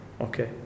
Okay